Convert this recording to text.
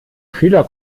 vieler